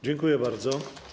Dziękuję bardzo.